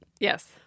Yes